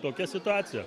tokia situacija